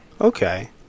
Okay